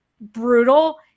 brutal